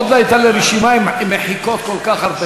עוד לא הייתה לי רשימה עם כל כך הרבה